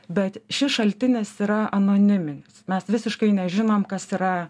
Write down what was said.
bet šis šaltinis yra anoniminis mes visiškai nežinom kas yra